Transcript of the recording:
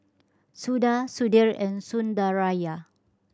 Suda Sudhir and Sundaraiah